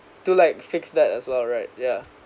to like fix that as well right ya